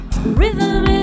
Rhythm